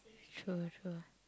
true true ah